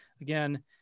again